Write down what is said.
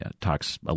talks